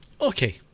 Okay